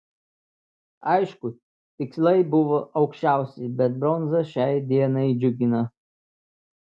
aišku tikslai buvo aukščiausi bet bronza šiai dienai džiugina